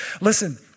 listen